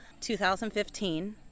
2015